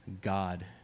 God